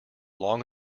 long